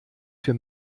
für